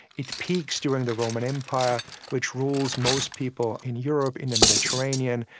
it peaks during the roman empire which rules most people in europe in the mediterranean.